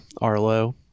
Arlo